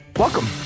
Welcome